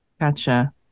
Gotcha